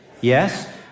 yes